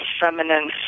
feminine